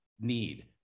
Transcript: need